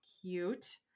Cute